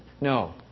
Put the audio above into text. No